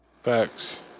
Facts